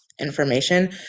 information